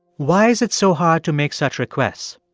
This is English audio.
why is it so hard to make such requests?